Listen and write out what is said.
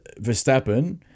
Verstappen